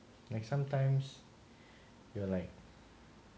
like sometimes you are like